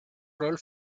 rol